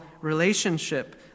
relationship